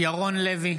ירון לוי,